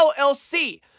LLC